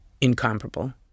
incomparable